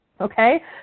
Okay